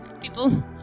people